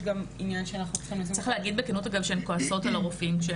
יש גם עניין שאנחנו --- צריך להגיד בכנות שהן כועסות על הרופאים.